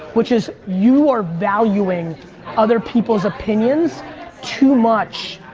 which is you are valuing other people's opinions too much.